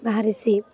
ବାହାରିସିି